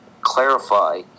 clarify